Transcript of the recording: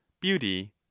beauty